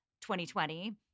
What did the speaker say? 2020